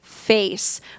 face